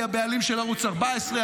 הבעלים של ערוץ 14,